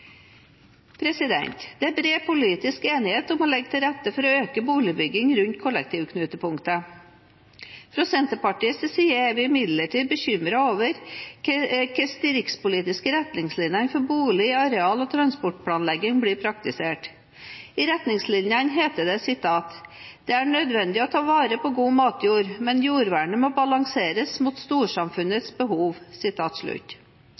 Det er bred politisk enighet om å legge til rette for økt boligbygging rundt kollektivknutepunktene. Fra Senterpartiets side er vi imidlertid bekymret over hvordan de rikspolitiske retningslinjene for bolig-, areal- og transportplanlegging blir praktisert. I retningslinjene heter det: «Det er nødvendig å ta vare på god matjord, men jordvernet må balanseres mot